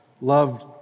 loved